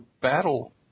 battle